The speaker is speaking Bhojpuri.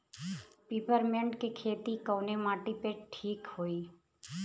पिपरमेंट के खेती कवने माटी पे ठीक होई?